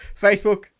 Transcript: facebook